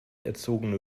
erzogene